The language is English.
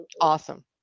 awesome